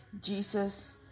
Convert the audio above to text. Jesus